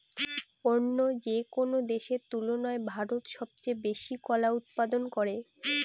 অন্য যেকোনো দেশের তুলনায় ভারত সবচেয়ে বেশি কলা উৎপাদন করে